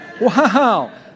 Wow